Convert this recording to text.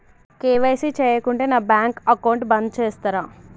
KYC చేయకుంటే నా bank account బంద్ చేస్తరా?